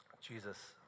Jesus